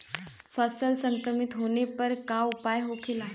फसल संक्रमित होने पर क्या उपाय होखेला?